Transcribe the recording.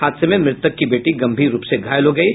हादसे में मृतक की बेटी गंभीर रूप से घायल हो गयी